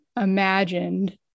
imagined